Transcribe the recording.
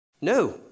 No